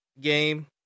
game